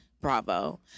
Bravo